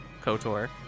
KOTOR